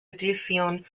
editions